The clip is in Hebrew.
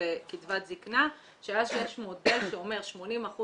וקצבת זקנה שאז שיש מודל שאומר 80%